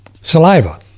saliva